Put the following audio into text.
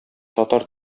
татар